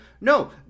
No